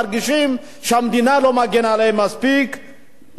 מול התופעה הזאת של ההסתננויות או של המסתננים.